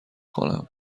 کنم